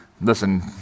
listen